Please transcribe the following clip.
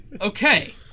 Okay